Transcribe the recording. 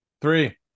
Three